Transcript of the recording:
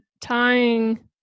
tying